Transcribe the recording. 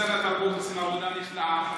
עובדי משרד התרבות עושים עבודה נפלאה.